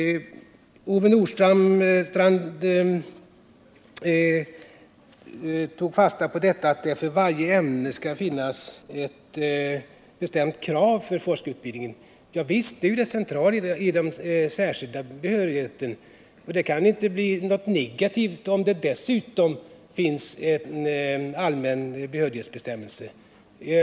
Ove Nordstrandh tog fasta på att det för varje ämne skall finnas ett bestämt krav för forskarutbildningen. Javisst, det är ju det centrala i den särskilda behörigheten. Och det kan inte vara något negativt om det dessutom finns en allmän behörighetsbestämmelse.